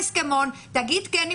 ההסכמון,